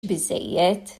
biżżejjed